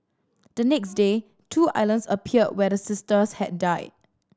the next day two islands appeared where the sisters had died